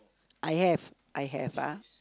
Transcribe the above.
I have I have ah